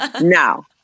Now